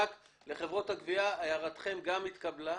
אנשי חברות הגבייה, ההערה שלכם התקבלה.